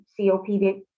COPD